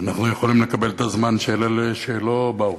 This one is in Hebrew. אנחנו יכולים לקבל את הזמן של אלה שלא באו.